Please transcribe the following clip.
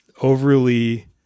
overly